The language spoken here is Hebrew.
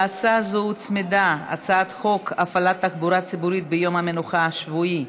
להצעה הזאת הוצמדה הצעת חוק הפעלת תחבורה ציבורית ביום המנוחה השבועי,